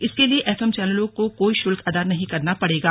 इसके लिए एफएम चैनलों को कोई शुल्क अदा नहीं करना पड़ेगा